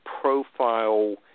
profile